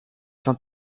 saint